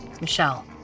michelle